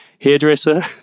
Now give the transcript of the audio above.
hairdresser